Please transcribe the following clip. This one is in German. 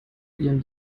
ihren